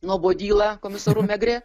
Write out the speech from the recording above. nuobodyla komisaru megrė